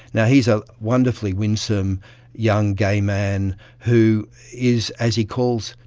and he is a wonderfully winsome young gay man who is, as he calls,